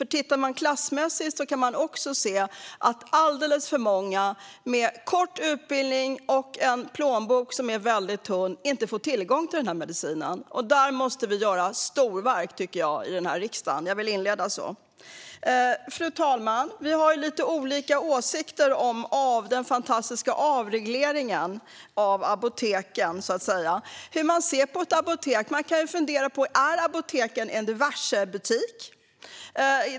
Ur ett klassperspektiv kan man nämligen se att alldeles för många med kort utbildning och tunn plånbok inte får tillgång till dessa mediciner. Där måste vi i riksdagen göra storverk, tycker jag. Fru talman! Vi har lite olika åsikter om den fantastiska avregleringen av apoteken och hur man ska se på ett apotek. Är det en diversehandel?